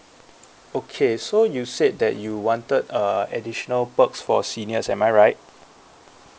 okay so you said that you wanted uh additional perks for seniors am I right